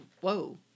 Whoa